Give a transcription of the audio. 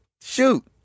shoot